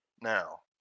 Now